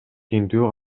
тинтүү